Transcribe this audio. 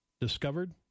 discovered